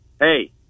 hey